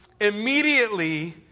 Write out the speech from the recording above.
immediately